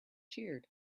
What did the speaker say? cheered